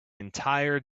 entire